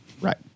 right